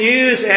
use